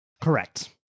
Correct